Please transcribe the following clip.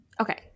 okay